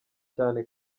cyane